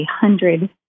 hundred